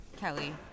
Kelly